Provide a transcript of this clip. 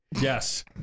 yes